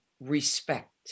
respect